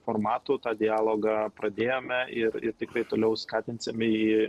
formatų tą dialogą pradėjome ir ir tiktai toliau skatinsime jį